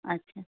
اچھا